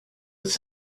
its